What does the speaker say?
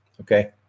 okay